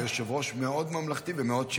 היושב-ראש מאוד ממלכתי ומאוד שוויוני,